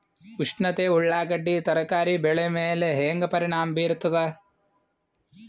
ಉಷ್ಣತೆ ಉಳ್ಳಾಗಡ್ಡಿ ತರಕಾರಿ ಬೆಳೆ ಮೇಲೆ ಹೇಂಗ ಪರಿಣಾಮ ಬೀರತದ?